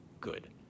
good